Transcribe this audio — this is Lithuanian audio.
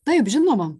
taip žinoma